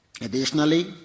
Additionally